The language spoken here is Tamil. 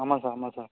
ஆமாம் சார் ஆமாம் சார்